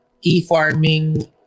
e-farming